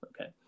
okay